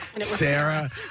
Sarah